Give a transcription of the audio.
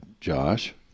Josh